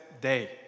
day